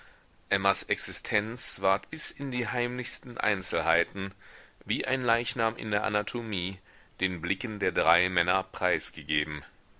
emmas existenz ward bis in die heimlichsten einzelheiten wie ein leichnam in der anatomie den blicken der drei männer preisgegeben